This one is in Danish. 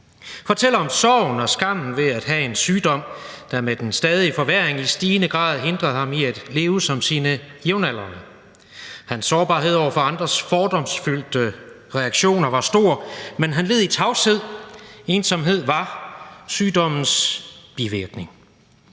fortæller om sorgen og skammen ved at have en sygdom, der med den stadige forværring i stigende grad hindrede ham i at leve som sine jævnaldrende. Hans sårbarhed over for andres fordomsfyldte reaktioner var stor, men han led i tavshed. Ensomhed var sygdommens bivirkning.